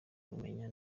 kubimenya